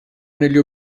negli